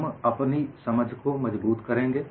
हम अपनी समझ को मजबूत करेंगे